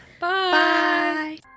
Bye